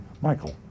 Michael